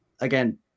again